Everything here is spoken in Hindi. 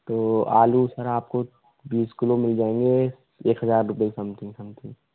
तो आलू सर आप को बीस किलो मिल जाएंगे एक हज़ार रुपये समथिंग समथिंग